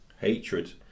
hatred